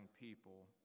people